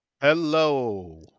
Hello